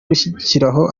gushyiraho